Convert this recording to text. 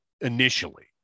initially